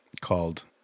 called